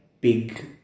big